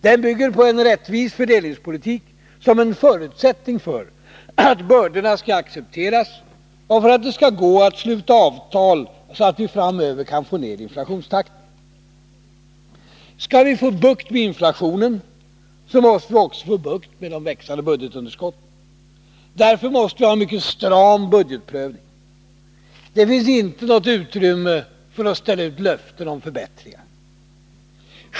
Den bygger på en rättvis fördelningspolitik som en förutsättning för att bördorna skall accepteras och för att det skall gå att sluta sådana avtal att vi framöver kan få ner inflationstakten. Skall vi få bukt med inflationen, krävs det också att vi får bukt med det växande budgetunderskottet. Därför måste vi ha en mycket stram budgetprövning. Det finns inte något utrymme för att ställa ut löften om förbättringar.